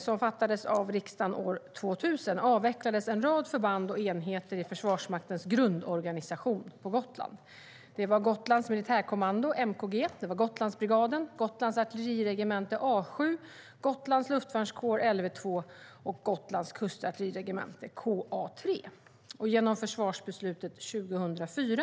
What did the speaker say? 1999 2000:168), som fattades av riksdagen år 2000, avvecklades en rad förband och enheter i Försvarsmaktens grundorganisation på Gotland: Gotlands militärkommando MKG, Gotlandsbrigaden, Gotlands artilleriregemente A 7, Gotlands luftvärnskår Lv 2 och Gotlands kustartilleriregemente KA 3. Genom försvarsbeslutet 2004 (prop. 2004 05:43, bet.